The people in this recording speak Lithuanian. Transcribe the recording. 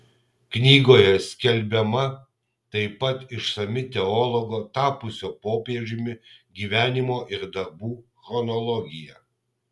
knygoje skelbiama taip pat išsami teologo tapusio popiežiumi gyvenimo ir darbų chronologija